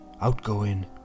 outgoing